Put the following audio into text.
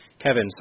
Kevin